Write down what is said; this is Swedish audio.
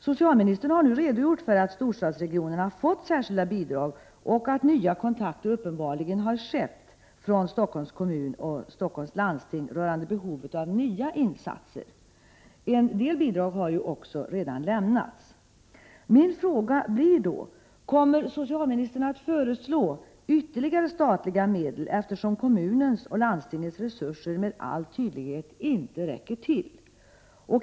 Socialministern har nu redogjort för att storstadsregionerna fått särskilda bidrag och att nya kontakter uppenbarligen har tagits rörande behovet av nya insatser. En del bidrag har redan lämnats. Kommer socialministern att föreslå ytterligare statliga medel, eftersom kommunens och landstingets resurser med all tydlighet inte räcker till?